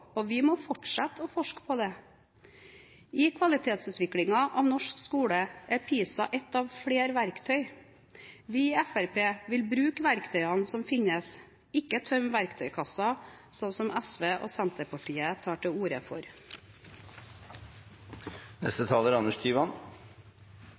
og vi må fortsette å forske på det. I kvalitetsutviklingen av norsk skole er PISA ett av flere verktøy. Vi i Fremskrittspartiet vil bruke verktøyene som finnes, og ikke tømme verktøykassen, slik SV og Senterpartiet tar til orde for.